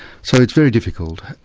so it's very difficult.